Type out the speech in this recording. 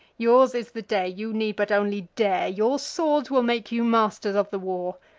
yours is the day you need but only dare your swords will make you masters of the war.